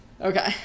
Okay